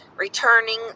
returning